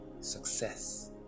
Success